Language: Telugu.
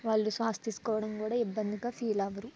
వాళ్ళు శ్వాస తీసుకోవడం గూడా ఇబ్బందిగా ఫీల్ అవ్వరు